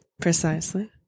Precisely